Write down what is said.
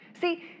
See